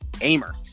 Aimer